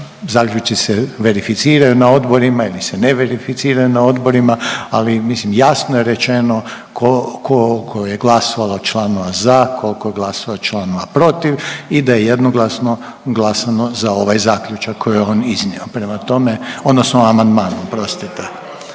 zaključci se verificiraju na odborima ili se ne verificiraju na odborima, ali mislim, jasno je rečeno tko, tko, koliko je glasova članova za, koliko je glasova članova protiv i da je jednoglasno glasano za ovaj zaključak koji je on iznio, prema tome, odnosno amandman, oprostite,